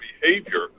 behavior